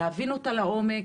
להבין אותה לעומק,